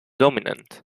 dominant